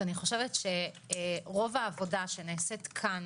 אני חושבת שרוב העבודה שנעשית כאן,